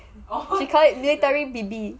she called it military B_B